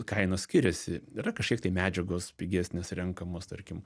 kainos skiriasi yra kažkiek tai medžiagos pigesnės renkamos tarkim